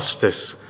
justice